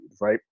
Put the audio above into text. right